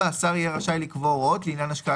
השר יהיה רשאי לקבוע הוראות לעניין השקעה